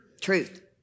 Truth